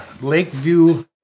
Lakeview